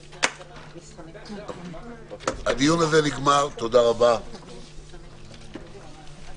הישיבה ננעלה בשעה 09:38.